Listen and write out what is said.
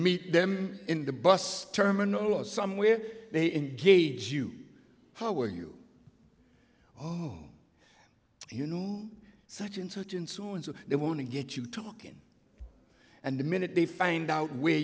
meet them in the bus terminal or somewhere they engage you how are you oh you know such and such and soon they want to get you talking and the minute they find out where